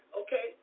okay